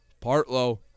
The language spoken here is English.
Partlow